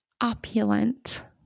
opulent